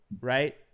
right